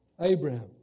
Abraham